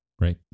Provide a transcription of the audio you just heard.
Right